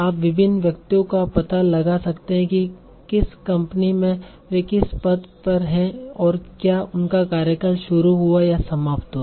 आप विभिन्न व्यक्तियों का पता लगा सकते हैं कि किस कंपनी में वे किस पद पर हैं और क्या उनका कार्यकाल शुरू हुआ या समाप्त हुआ